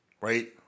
right